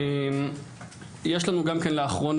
יש לנו גם לאחרונה,